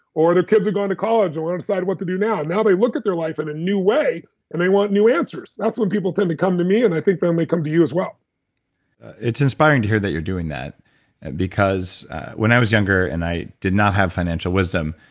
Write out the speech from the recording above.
or their kids are going to college and want to decide what to do now. now they look at their life in a new way and they want new answers. that's when people tend to come to me, and i think they only come to you as well it's inspiring to hear that you're doing that because when i was younger and i did not have financial wisdom,